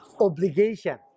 obligation